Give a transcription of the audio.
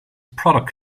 product